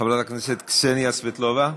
חברת הכנסת קסניה סבטלובה,